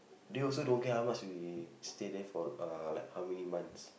they also don't care how much we stay there for uh like how many months